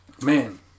man